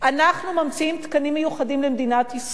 אנחנו ממציאים תקנים מיוחדים למדינת ישראל.